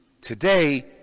Today